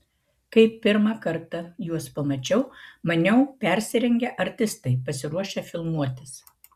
kai pirmą kartą juos pamačiau maniau persirengę artistai pasiruošę filmuotis